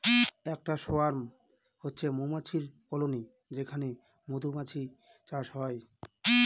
একটা সোয়ার্ম হচ্ছে মৌমাছির কলোনি যেখানে মধুমাছির চাষ হয়